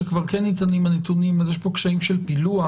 כשכבר כן ניתנים הנתונים אז יש פה קשיים של פילוח